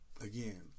again